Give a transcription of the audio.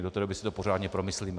Do té doby si to pořádně promyslíme.